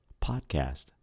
podcast